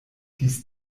dies